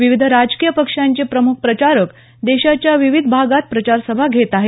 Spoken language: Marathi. विविध राजकीय पक्षांचे प्रमुख प्रचारक देशाच्या विविध भागात प्रचार सभा घेत आहेत